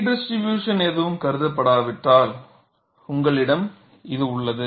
redistribution எதுவும் கருதப்படாவிட்டால் உங்களிடம் இது உள்ளது